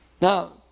Now